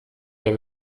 der